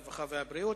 הרווחה והבריאות.